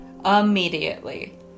immediately